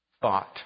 thought